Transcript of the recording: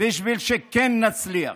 כדי שנצליח,